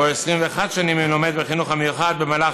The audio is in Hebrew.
או 21 שנים, אם הוא לומד בחינוך המיוחד,